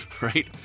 right